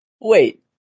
Wait